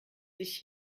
sich